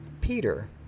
Peter